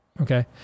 Okay